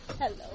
Hello